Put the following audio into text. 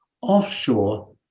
offshore